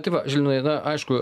tai va žilvinai na aišku